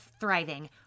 thriving